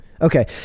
Okay